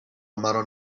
مرا